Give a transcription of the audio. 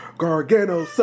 Gargano